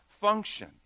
function